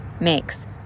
makes